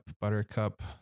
buttercup